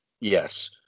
Yes